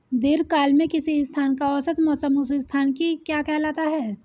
दीर्घकाल में किसी स्थान का औसत मौसम उस स्थान की क्या कहलाता है?